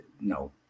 No